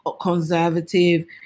conservative